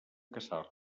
caçar